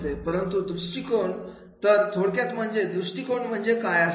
परंतु दृष्टिकोन तर थोडक्यात म्हणजे दृष्टिकोन म्हणजे काय असावा